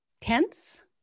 tense